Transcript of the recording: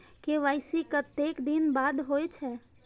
KYC कतेक दिन बाद होई छै?